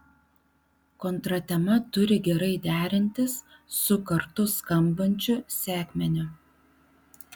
kontratema turi gerai derintis su kartu skambančiu sekmeniu